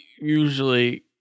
usually